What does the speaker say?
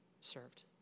served